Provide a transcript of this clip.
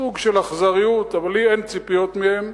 סוג של אכזריות, אבל לי אין ציפיות מהם.